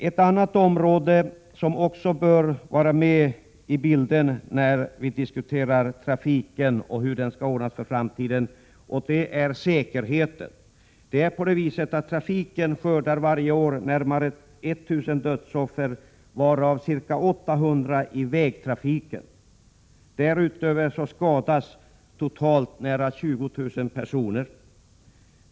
Ett annat område som också bör vara med i bilden när vi diskuterar trafiken och hur den skall ordnas för framtiden är säkerheten. Trafiken skördar varje år närmare 19000 dödsoffer, varav ca 800 i vägtrafiken. Därutöver skadas totalt nära 20 000 personer.